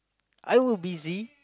I were busy